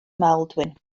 maldwyn